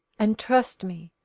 and, trust me,